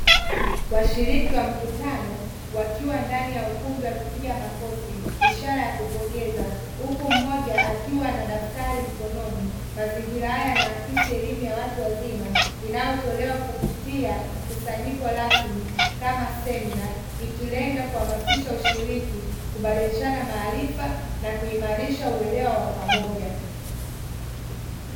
Washiri wa mkutano, wakiwa ndani ya ukumbi wakipiga makofi ishara ya kupongeza, huku mmoja akiwa na daftari mkononi. Mazingira haya yanaakisi elimu ya watu wazima, inayotolewa kupitia mkusanyiko rasmi, kama semina, ikilenga kuhamasisha ushiriki, kubadilishana maarifa na kuimarisha uelewa wa pamoja.